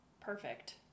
Perfect